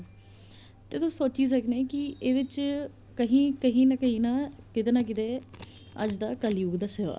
ते तुस सोची सकने कि एह्दे च कहीं कहीं कहीं ना किते ना किते अज्ज दा कलयुग दस्से दा